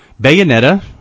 Bayonetta